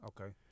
Okay